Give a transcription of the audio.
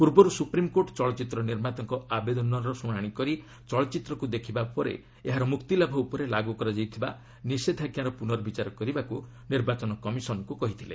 ପୂର୍ବରୁ ସୁପ୍ରିମ୍କୋର୍ଟ ଚଳଚ୍ଚିତ୍ର ନିର୍ମାତାଙ୍କ ଆବେଦନର ଶୁଣାଣି କରି ଚଳଚ୍ଚିତ୍ରକୁ ଦେଖିବା ପରେ ଏହାର ମୁକ୍ତିଲାଭ ଉପରେ ଲାଗୁ କରାଯାଇଥିବା ନିଷେଧାଜ୍ଞାର ପୁନର୍ବିଚାର କରିବାକୁ ନିର୍ବାଚନ କମିଶନ୍ଙ୍କୁ କହିଥିଲେ